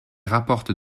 rapportent